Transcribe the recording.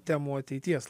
temų ateities